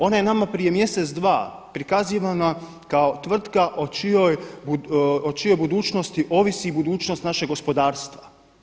Ona je nama prije mjesec, dva prikazivana kao tvrtka o čijoj budućnosti ovisi i budućnost našeg gospodarstva.